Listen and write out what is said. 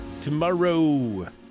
Tomorrow